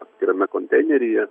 atskirame konteineryje